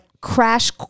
crash